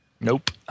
Nope